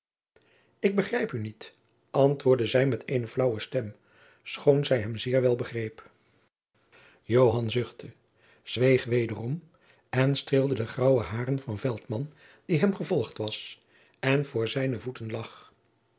ik begrijp u niet antwoordde zij met eene flaauwe stem schoon zij hem zeer wel begreep joan zuchtte zweeg wederom en streelde de graauwe hairen van veltman die hem gevolgd was en voor zijne voeten lag